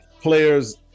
players